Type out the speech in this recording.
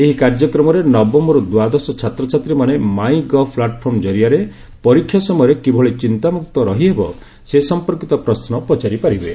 ଏହି କାର୍ଯ୍ୟକ୍ରମରେ ନବମରୁ ଦ୍ୱାଦଶ ଛାତ୍ରଛାତ୍ରୀମାନେ ମାଇ ଗଭ୍ ପ୍ଲାଟ୍ଫର୍ମ ଜରିଆରେ ପରୀକ୍ଷା ସମୟରେ କିଭଳି ଚିନ୍ତାମୁକ୍ତ ରହିହେବ ସେ ସମ୍ପର୍କୀତ ପୃଶ୍ୱ ପଚାରି ପାରିବେ